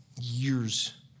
years